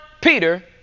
Peter